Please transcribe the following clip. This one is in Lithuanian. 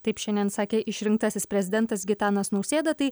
taip šiandien sakė išrinktasis prezidentas gitanas nausėda tai